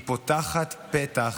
היא פותחת פתח